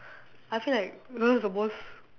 I feel like it was the most